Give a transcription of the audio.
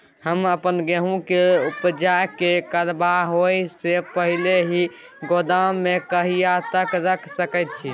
हम अपन गेहूं के उपजा के खराब होय से पहिले ही गोदाम में कहिया तक रख सके छी?